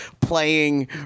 playing